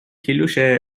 کیلوشه